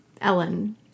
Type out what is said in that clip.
Ellen